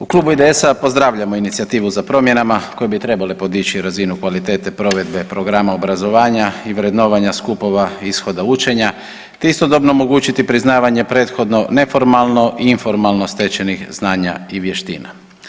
U Klubu IDS-a pozdravljamo inicijativu za promjenama koje bi trebale podići razinu kvalitete provedbe programa obrazovanja i vrednovanja skupova ishoda učenja, te istodobno omogućiti priznavanje prethodno neformalni i informalno stečenih znanja i vještina.